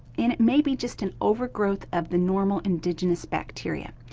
and it may be just an overgrowth of the normal indigenous bacteria.